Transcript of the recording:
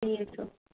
ٹھیٖک چھُ